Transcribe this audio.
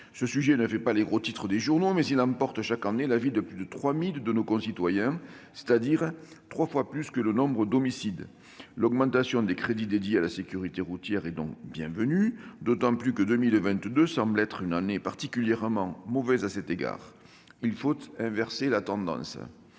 Ce sujet ne fait pas les gros titres des journaux, mais les accidents de voiture emportent chaque année la vie de plus de 3 000 de nos concitoyens, c'est-à-dire trois fois plus que le nombre d'homicides. L'augmentation des crédits dédiés à la sécurité routière est donc bienvenue, d'autant que 2022 semble être une année particulièrement mauvaise à cet égard. Il faut inverser la tendance.